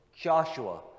Joshua